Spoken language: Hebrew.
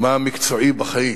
מה מקצועי בחיים.